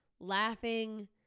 laughing